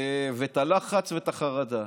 ואת הלחץ ואת החרדה.